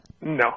No